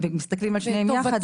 ומסתכלים על שניהם יחד,